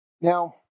now